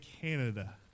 Canada